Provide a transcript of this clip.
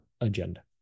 agenda